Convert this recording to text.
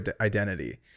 identity